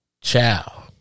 Ciao